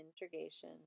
integration